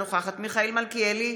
אינה נוכחת מיכאל מלכיאלי,